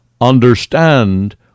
understand